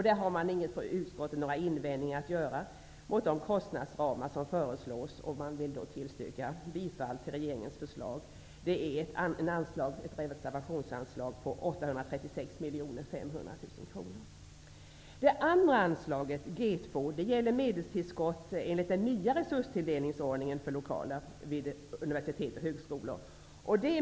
Utskottet har inga invändningar mot de kostnadsramar som föreslås, utan yrkar bifall till regeringens reservationsanslag på 836 500 000 Det andra anslaget, G2, gäller medelstillskott enligt den nya resurstilldelningsordningen för lokaler vid universitet och högskolor.